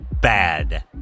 Bad